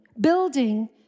building